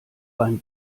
beim